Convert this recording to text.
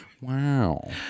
Wow